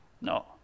No